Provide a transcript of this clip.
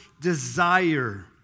desire